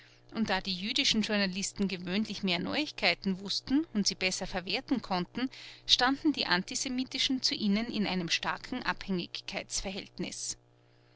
und da die jüdischen journalisten gewöhnlich mehr neuigkeiten wußten und sie besser verwerten konnten standen die antisemitischen zu ihnen in einem starken abhängigkeitsverhältnis